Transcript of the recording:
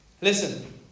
Listen